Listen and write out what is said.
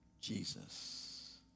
Jesus